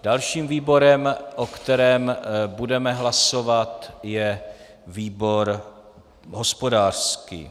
Dalším výborem, o kterém budeme hlasovat, je výbor hospodářský.